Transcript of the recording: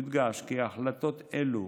יודגש כי החלטות אלו